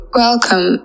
welcome